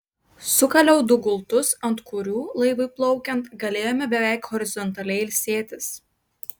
sukaliau du gultus ant kurių laivui plaukiant galėjome beveik horizontaliai ilsėtis